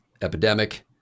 epidemic